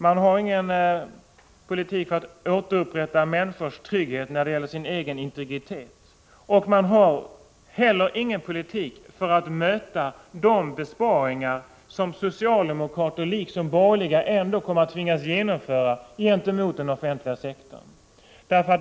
Man har ingen politik för att återupprätta människors trygghet när det gäller deras egen integritet. Man har heller ingen politik för att möta de besparingar som socialdemokrater liksom borgerliga ändå kommer att tvingas genomföra gentemot den offentliga sektorn.